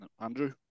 Andrew